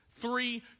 Three